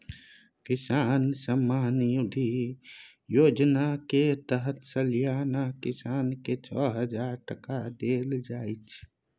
किसान सम्मान निधि योजना केर तहत सलियाना किसान केँ छअ हजार टका देल जाइ छै